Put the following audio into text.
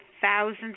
thousands